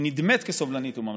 היא נדמית כסובלנית וממלכתית,